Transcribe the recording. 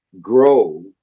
grow